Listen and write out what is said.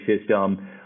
system